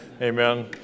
amen